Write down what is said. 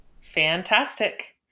Fantastic